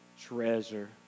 treasure